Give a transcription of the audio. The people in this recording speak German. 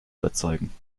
überzeugen